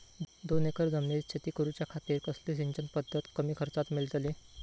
दोन एकर जमिनीत शेती करूच्या खातीर कसली सिंचन पध्दत कमी खर्चात मेलतली?